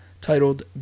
titled